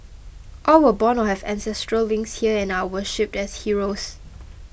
all were born or have ancestral links here and are worshipped as heroes